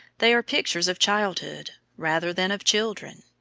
they are pictures of childhood, rather than of children,